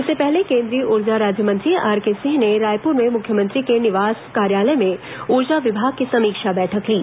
इससे पहले केन्द्रीय ऊर्जा राज्य मंत्री आर के सिंह ने रायपुर में मुख्यमंत्री के निवास कार्यालय में ऊर्जा विभाग की समीक्षा बैठक ली